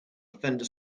fender